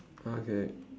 okay